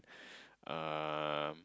um